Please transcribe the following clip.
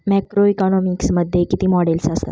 Macroeconomics मध्ये किती models असतात?